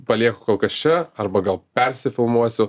palieku kol kas čia arba gal persifilmuosiu